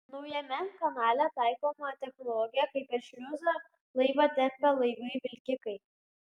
naujame kanale taikoma technologija kai per šliuzą laivą tempia laivai vilkikai